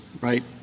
right